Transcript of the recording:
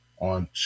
on